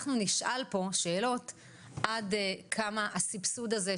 אנחנו נשאל פה שאלות עד כמה הסבסוד הזה,